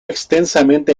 extensamente